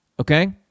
okay